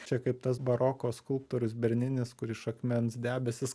čia kaip tas baroko skulptorius berninis kur iš akmens debesis